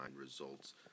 results